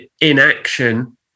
inaction